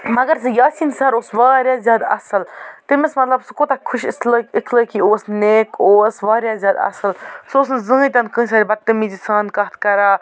مگر سُہ یاسیٖن سَر اوس واریاہ زیادٕ اَصٕل تٔمِس مطلب سُہ کوٗتاہ خوش اِسلٲق اخلٲقی اوس نیک اوس واریاہ زیادٕ اَصٕل سُہ اوس نہٕ زٔہٕنۍ تِنہٕ کانٛسہِ سۭتۍ بدتٔمیٖزی سان کَتھ کران